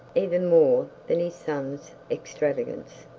even more than his son's extravagance.